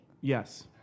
Yes